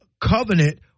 covenant